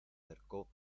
cercó